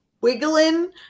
wiggling